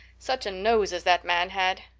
such a nose as that man had!